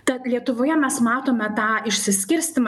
tad lietuvoje mes matome tą išsiskirstymą